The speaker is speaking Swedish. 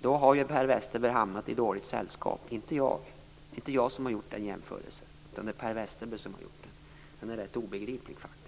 Då har ju Per Westerberg hamnat i dåligt sällskap - inte jag. Det är inte jag som har gjort den jämförelsen, utan det är Per Westerberg som har gjort den. Den är rätt obegriplig faktiskt.